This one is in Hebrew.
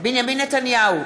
בנימין נתניהו,